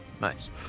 nice